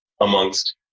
amongst